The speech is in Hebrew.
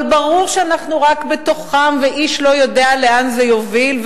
אבל ברור שאנחנו רק בתוכם ואיש לא יודע לאן זה יוביל.